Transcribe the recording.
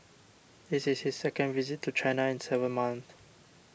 this is his second visit to China in seven months